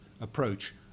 approach